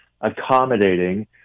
accommodating